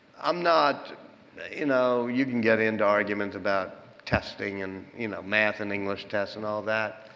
i'm not you know, you can get into arguments about testing and you know, math and english tests and all that.